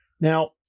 Now